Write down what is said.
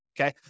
okay